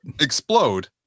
explode